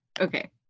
okay